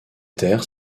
terres